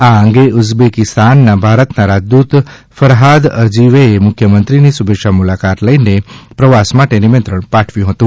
આ અંગે ઉઝબેકીસ્તાનના ભારતના રાજદૂત ફરહાદ અર્જીયેવે મુખ્યમંત્રીની શુભેચ્છા મુલાકાત લઈને પ્રવાસ માટે નિમંત્રણ પાઠવ્યું હતું